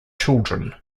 children